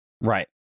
Right